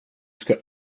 ska